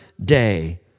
day